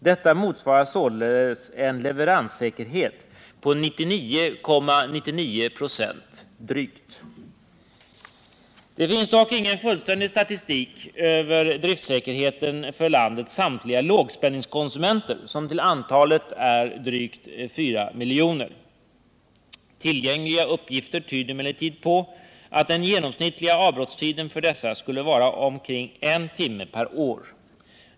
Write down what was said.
Detta motsvarar således en Det finns dock ingen fullständig statistik över driftsäkerheten för landets samtliga lågspänningskonsumenter som till antalet är drygt 4 miljoner. Tillgängliga uppgifter tyder emellertid på att den genomsnittliga avbrottstiden för dessa skulle vara omkring en timme per år.